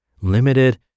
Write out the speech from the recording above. limited